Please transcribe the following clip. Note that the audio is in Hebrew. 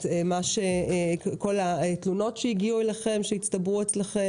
את התלונות שהצטברו אצלכם,